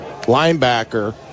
Linebacker